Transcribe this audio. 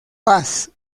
paz